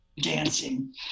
dancing